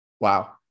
Wow